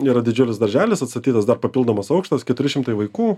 yra didžiulis darželis atstatytas dar papildomas aukštas keturi šimtai vaikų